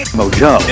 mojo